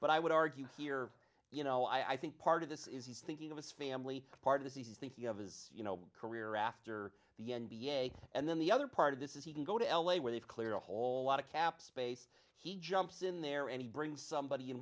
but i would argue here you know i think part of this is he's thinking of his family part of this he's thinking of his you know career after the n b a and then the other part of this is he can go to l a where they've cleared a whole lot of cap space he jumps in there any bring somebody in